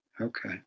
Okay